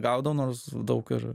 gaudau nors daug ir